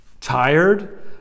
tired